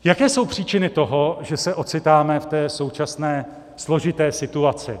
Jaké jsou příčiny toho, že se ocitáme v té současné složité situaci?